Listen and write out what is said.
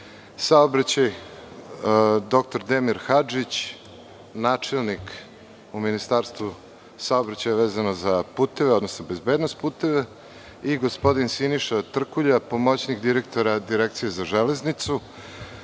saobraćaj, dr Demir Hadžić, načelnik u Ministarstvu saobraćaja vezano za bezbednost puteva i gospodin Siniša Trkulja, pomoćnik direktora Direkcije za železnicu.